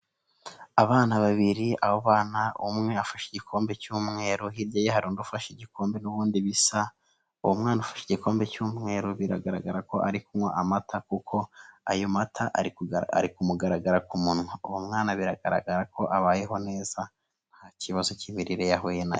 Abana babiri abo bana umwe afashe igikombe cy'umweru, hirya hari undi ufashe igikombe n'ubundi bisa, uwo mwana ufashe igikombe cy'umweru biragaragara ko ari kunywa amata kuko ayo mata ari kumugaraga ku munwa. Uwo mwana biragaragara ko abayeho neza nta kibazo cy'imirire yahuye nacyo.